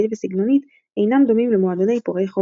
וסגנונית אינם דומים למועדוני פורעי חוק,